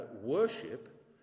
worship